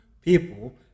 people